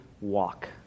walk